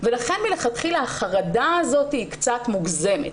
לכן מלכתחילה החרדה הזאת היא קצת מוגזמת.